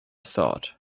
thought